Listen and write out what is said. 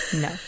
No